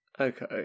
Okay